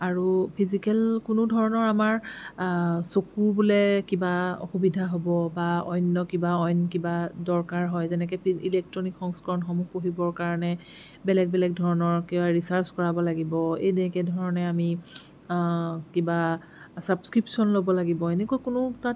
আৰু ফিজিকেল কোনোধৰণৰ আমাৰ চকু বোলে কিবা অসুবিধা হ'ব বা অন্য কিবা অইন কিবা দৰকাৰ হয় যেনেকৈ ইলেক্ট্ৰনিক সংস্কৰণসমূহ পঢ়িবৰ কাৰণে বেলেগ বেলেগ ধৰণৰ ৰিচাৰ্ছ কৰাব লাগিব এনেকুৱা ধৰণে আমি কিবা চাপক্ৰিপশ্যন ল'ব লাগিব এনেকুৱা কোনো তাত